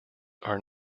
are